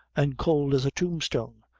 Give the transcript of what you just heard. an' cowld as a tombstone,